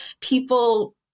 people